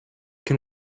can